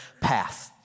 path